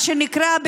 מה שנקרא,